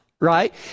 right